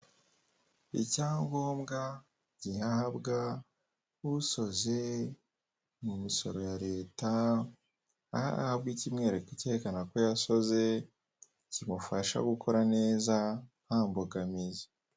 Icyangombwa gihabwa usoze mu misoro ya Leta, aho ahabwa icyerekana ko yakoze, kimufasha gukora neza nta mbogamizi.